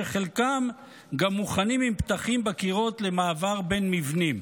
שחלקם גם מוכנים עם פתחים בקירות למעבר בין מבנים.